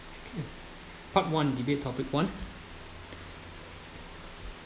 part one debate topic one